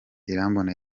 irambona